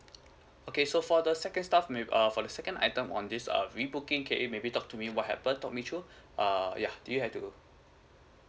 okay so for the second stuff mayb~ um for the second item on this uh rebooking K_A maybe talk to me what happen talk me through uh yeah do you have to go